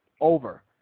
over